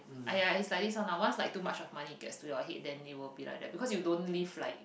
aiyah it's like this one lah once it's like too much of money gets to your head then it will be like that because you don't live like